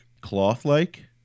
cloth-like